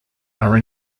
are